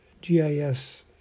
GIS